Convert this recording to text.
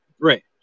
Right